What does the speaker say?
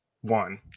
one